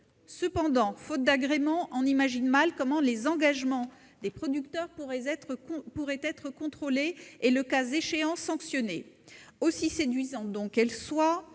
Cependant, faute d'agrément, on imagine mal comment les engagements des producteurs pourraient être contrôlés, et le cas échéant sanctionnés. Aussi séduisante qu'elle soit,